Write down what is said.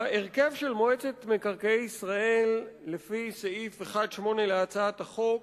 ההרכב של מועצת מקרקעי ישראל לפי הצעת החוק